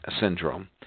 syndrome